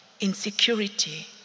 Insecurity